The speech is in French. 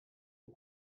aux